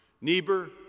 Niebuhr